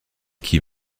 qui